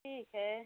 ठीक है